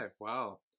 Wow